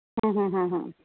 ਹਾਂ ਹਾਂ ਹਾਂ